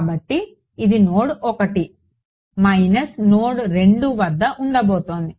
కాబట్టి ఇది node 1 minus node 2 వద్ద ఉండబోతుంది